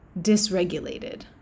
dysregulated